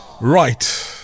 Right